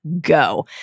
go